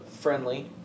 friendly